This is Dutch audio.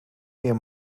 meer